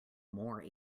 more